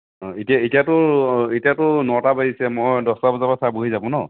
অঁ এতিয়া এতিয়াটো এতিয়াটো নটা বাজিছে মই দহটা বজাৰপৰা ছাৰ বহি যাব ন